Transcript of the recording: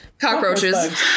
cockroaches